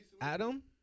Adam